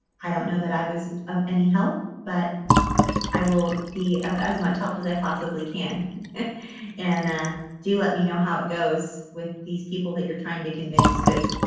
i don't know that i was of any help but i will be of as much help as i possibly can and ah do let me know how it goes with these people that you're trying to convince because